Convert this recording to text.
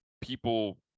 people